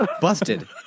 Busted